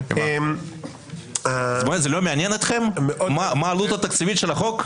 לא מעניין אתכם מה העלות התקציבית של החוק?